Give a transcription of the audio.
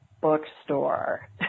bookstore